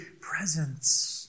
presence